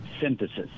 synthesis